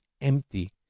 empty